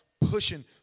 Pushing